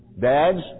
Dads